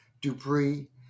Dupree